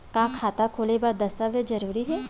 का खाता खोले बर दस्तावेज जरूरी हे?